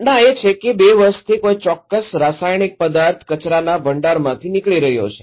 ઘટના એ છે કે બે વર્ષથી કોઈ ચોક્કસ રાસાયણિક પદાર્થ કચરાના ભંડારમાંથી નીકળી રહ્યો છે